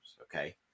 okay